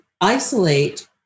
isolate